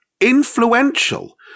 influential